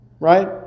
Right